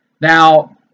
Now